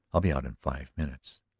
i'll be out in five minutes.